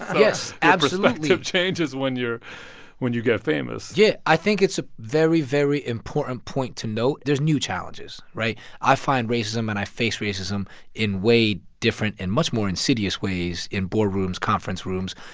yes, absolutely your perspective changes when you're when you get famous yeah. i think it's a very, very important point to note. there's new challenges, right? i find racism and i face racism in way different and much more insidious ways in boardrooms, conference rooms,